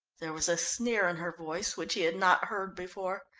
there was a sneer in her voice which he had not heard before.